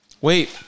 Wait